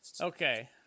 Okay